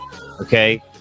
okay